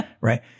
right